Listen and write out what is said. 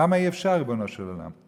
למה אי-אפשר, ריבונו של עולם?